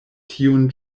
tiun